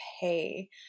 pay